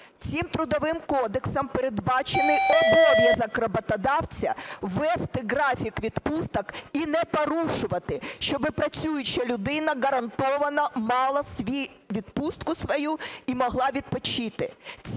Цим Трудовим кодексом передбачений обов'язок роботодавця вести графік відпусток і не порушувати, щоби працююча людина гарантовано мала відпустку свою і могла відпочити.